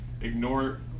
ignore